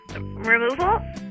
removal